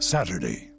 Saturday